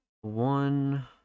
one